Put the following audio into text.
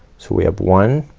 so we have one.